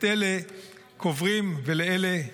את אלה קוברים, ולאלה משלמים.